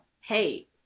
hey